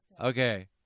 Okay